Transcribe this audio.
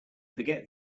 forget